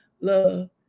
Love